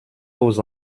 aux